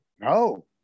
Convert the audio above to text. no